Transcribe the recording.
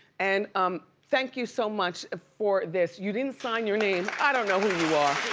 and um thank you so much for this. you didn't sign your name. i don't know who you are.